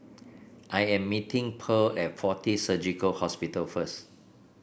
I am meeting Pearle at Fortis Surgical Hospital first